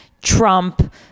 Trump